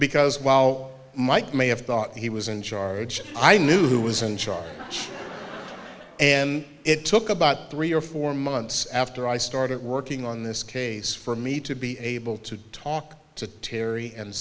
because while mike may have thought he was in charge i knew who was in charge and it took about three or four months after i started working on this case for me to be able to talk to terry and